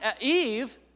Eve